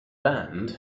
band